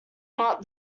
not